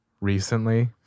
recently